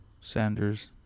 Sanders